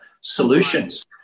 solutions